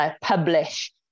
publish